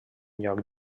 lloc